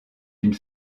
une